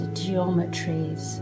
geometries